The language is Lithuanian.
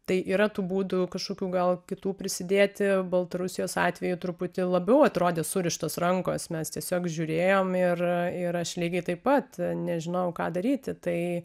tai yra tų būdų kažkokių gal kitų prisidėti baltarusijos atveju truputį labiau atrodė surištos rankos mes tiesiog žiūrėjom ir ir aš lygiai taip pat nežinojau ką daryti tai